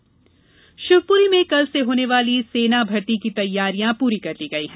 सेना भर्ती शिवपुरी में कल से होने वाली सेना भर्ती की तैयारियां पूरी कर ली गई हैं